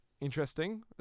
interesting